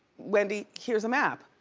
wendy, here's a map.